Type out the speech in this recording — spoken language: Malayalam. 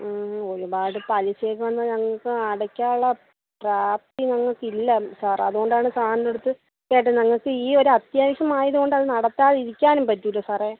ഒരുപാട് പലിശയൊക്കെ വന്നാൽ ഞങ്ങൾക്ക് അടയ്ക്കാനുള്ള പ്രാപ്തി ഞങ്ങൾക്കില്ല സാർ അതുകൊണ്ടാണ് സാറിൻ്റടുത്ത് കേട്ട ഞങ്ങൾക്കീയൊരു അത്യാവശ്യമായതുകൊണ്ട് അതു നടത്താതിരിക്കാനും പറ്റില്ല സാറേ